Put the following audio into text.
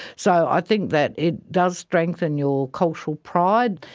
so i think that it does strengthen your cultural pride.